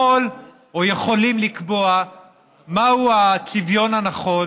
יכול או יכולים לקבוע מהו הצביון הנכון